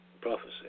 prophecy